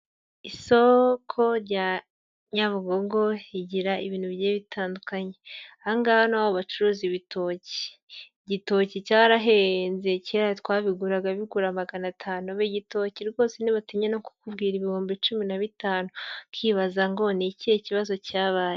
Isoko rya Nyabugogo rigira ibintu bigiye bitandukanye, aha ngaha ni aho bacuruza ibitoki, igitoki cyarahenze kera twabiguraga bigura magana atanu, ubu igitoki rwose ntibatinya no kukubwira ibihumbi cumi na bitanu, ukibaza ngo ni ikihe kibazo cyabaye.